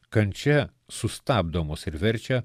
kančia sustabdo mus ir verčia